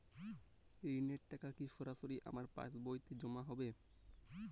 ঋণের টাকা কি সরাসরি আমার পাসবইতে জমা হবে?